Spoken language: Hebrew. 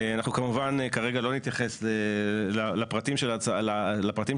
אנחנו כמובן כרגע לא נתייחס לפרטים של ההצעה.